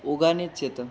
ओघानेच येतं